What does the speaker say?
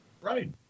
Right